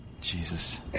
Jesus